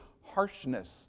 harshness